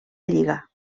lliga